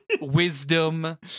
wisdom